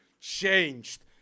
changed